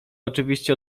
oczywiście